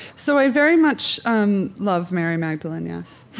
so i very much um love mary magdalene, yes